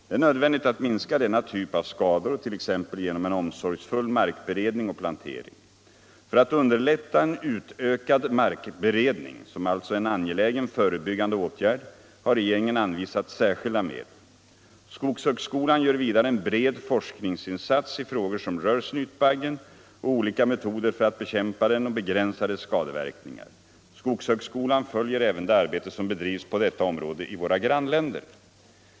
Det är nödvändigt att minska denna typ av skador, t.ex. genom en omsorgsfull markberedning och plantering. För att underlätta en utökad markberedning, som alltså är en angelägen förebyggande åtgärd, har regeringen anvisat särskilda medel. Skogshögskolan gör vidare en bred forskningsinsats i frågor som rör snytbaggen och olika metoder för att bekämpa den och begränsa dess skadeverkningar. Skogshögskolan följer även det arbete som bedrivs på detta område i våra grannländer.